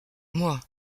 moi